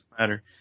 matter